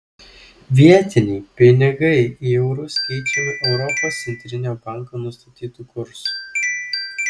vietiniai pinigai į eurus keičiami europos centrinio banko nustatytu kursu